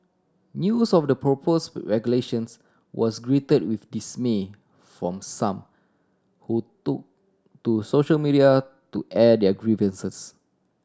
news of the proposed regulations was greeted with dismay from some who took to social media to air their grievances